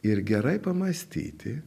ir gerai pamąstyti